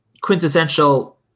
quintessential